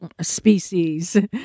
species